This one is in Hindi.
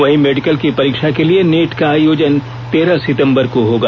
वहीं मेडिकल में प्रवेश के लिए नीट का आयोजन तेरह सितंबर को होगा